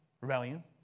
rebellion